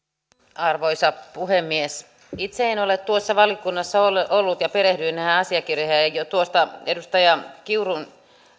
arvoisa puhemies itse en ole tuossa valiokunnassa ollut mutta perehdyin näihin asiakirjoihin ja jo tuosta edustaja kiurun